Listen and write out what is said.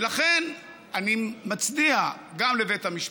ולכן אני מצדיע גם לבית המשפט,